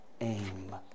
aim